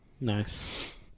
nice